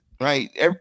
right